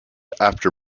after